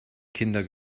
kinder